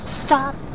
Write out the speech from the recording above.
stop